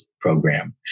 program